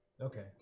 Okay